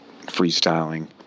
freestyling